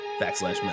backslash